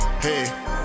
Hey